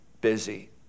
busy